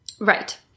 Right